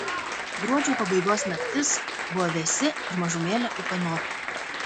gruodžio pabaigos naktis buvo vėsi ir mažumėlę ūkanota